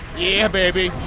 yeah baby